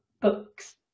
books